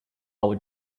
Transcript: would